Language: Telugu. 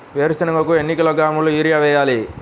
వేరుశనగకు ఎన్ని కిలోగ్రాముల యూరియా వేయాలి?